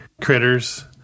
critters